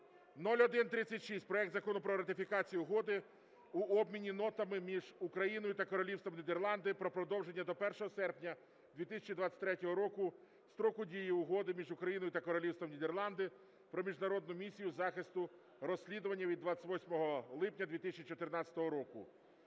0136, проект Закону про ратифікацію Угоди (у формі обміну нотами) між Україною та Королівством Нідерланди про продовження до 1 серпня 2023 року строку дії Угоди між Україною та Королівством Нідерланди про Міжнародну місію захисту розслідування від 28 липня 2014 року.